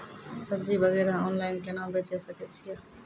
सब्जी वगैरह ऑनलाइन केना बेचे सकय छियै?